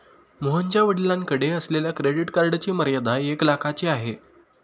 मोहनच्या वडिलांकडे असलेल्या क्रेडिट कार्डची मर्यादा एक लाखाची आहे